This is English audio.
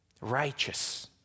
righteous